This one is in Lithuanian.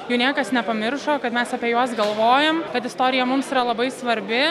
jų niekas nepamiršo kad mes apie juos galvojam kad istorija mums yra labai svarbi